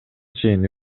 чейин